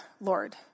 Lord